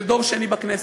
של דור שני בכנסת,